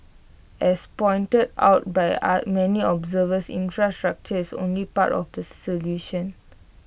as pointed out by many observers infrastructure is only part of the solution